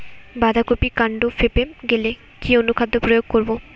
বাঁধা কপির কান্ড ফেঁপে গেলে কি অনুখাদ্য প্রয়োগ করব?